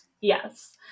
Yes